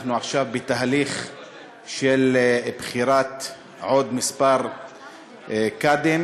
אנחנו עכשיו בתהליך של בחירת עוד כמה קאדים,